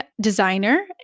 designer